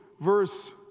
verse